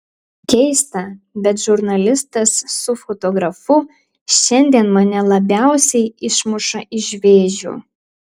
keista bet žurnalistas su fotografu šiandien mane labiausiai išmuša iš vėžių